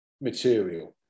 material